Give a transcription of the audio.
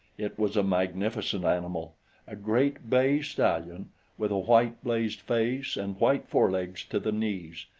it was a magnificent animal a great bay stallion with a white-blazed face and white forelegs to the knees,